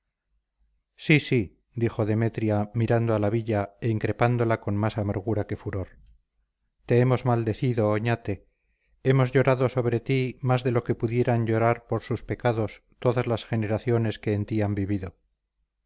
sí sí dijo demetria mirando a la villa e increpándola con más amargura que furor te hemos maldecido oñate hemos llorado sobre ti más de lo que pudieran llorar por sus pecados todas las generaciones que en ti han vivido